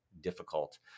difficult